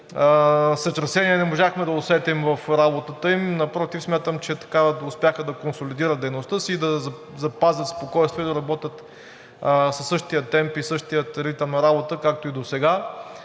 сътресения не можахме да усетим в работата им. Напротив, смятам, че успяха да консолидират дейността си и да запазят спокойствие, да работят със същия темп и същия ритъм на работа, както и досега.